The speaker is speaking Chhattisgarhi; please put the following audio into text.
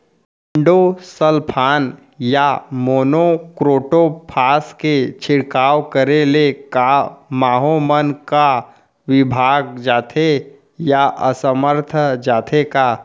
इंडोसल्फान या मोनो क्रोटोफास के छिड़काव करे ले क माहो मन का विभाग जाथे या असमर्थ जाथे का?